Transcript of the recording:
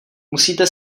musíte